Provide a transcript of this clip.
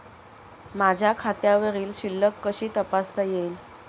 माझ्या खात्यावरील शिल्लक कशी तपासता येईल?